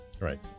right